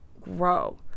grow